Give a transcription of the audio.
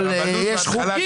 אבל יש חוקים.